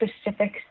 specific